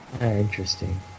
interesting